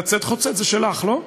לצאת חוצץ זה שלך לא?